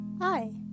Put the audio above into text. Hi